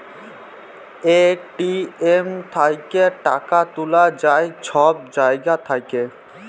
ATM থ্যাইকে টাকা তুলা যায় ছব জায়গা থ্যাইকে